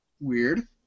Weird